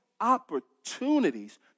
opportunities